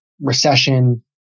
recession